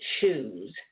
shoes